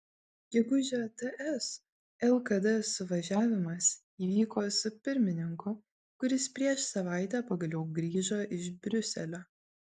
gegužę ts lkd suvažiavimas įvyko su pirmininku kuris prieš savaitę pagaliau grįžo iš briuselio